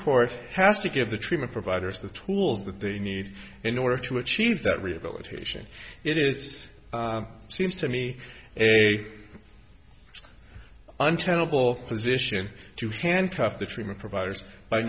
court has to give the treatment providers the tools that they need in order to achieve that rehabilitation it is seems to me a untenable position to handcuff the treatment providers by